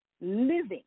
living